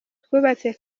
twubatse